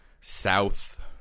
south